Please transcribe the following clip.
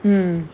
mmhmm